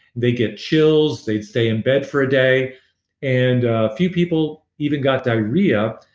they'd get chills. they'd stay in bed for a day and a few people even got diarrhea